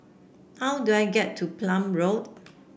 how do I get to Palm Road